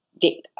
data